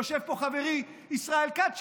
יושב פה חברי ישראל כץ,